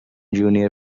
junior